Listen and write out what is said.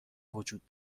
وجود